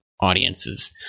audiences